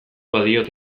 badiot